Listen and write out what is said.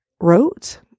wrote